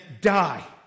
die